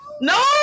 no